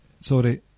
Sorry